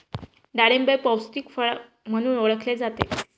डाळिंब हे पौष्टिक फळ म्हणून ओळखले जाते